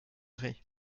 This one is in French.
gris